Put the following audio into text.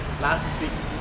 last week